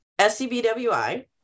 SCBWI